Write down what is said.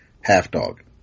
half-dog